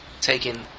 taken